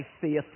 faith